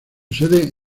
sede